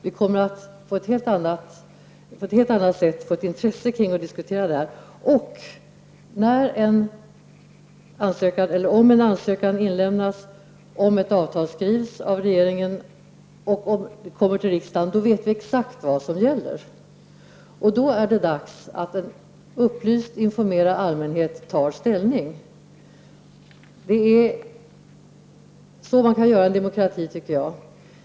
Vi kommer att få ett helt annat intresse för diskussioner om dessa saker. När en ansökan har inlämnats och ett avtal skrivits av regeringen och detta kommer upp till behandling i riksdagen, vet vi exakt vad som gäller. Då är det dags för en upplyst, informerad, allmänhet att ta ställning. Det är så det skall gå till i en demokrati, tycker jag.